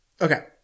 Okay